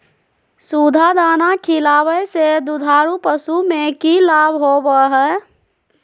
सुधा दाना खिलावे से दुधारू पशु में कि लाभ होबो हय?